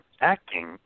acting